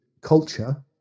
culture